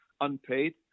unpaid